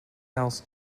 else